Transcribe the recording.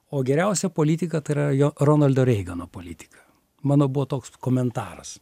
o geriausia politika tai yra jo ronaldo reigano politika mano buvo toks komentaras